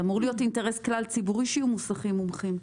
זה אמור להיות אינטרס כלל ציבורי שיהיו מוסכים מומחים.